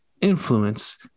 influence